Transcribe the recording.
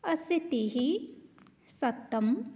अशीतिः शतम्